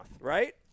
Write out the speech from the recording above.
right